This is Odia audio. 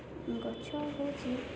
ଗଛ ହେଉଛି